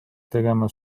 tegema